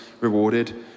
rewarded